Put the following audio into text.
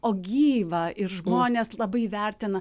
o gyva ir žmonės labai vertina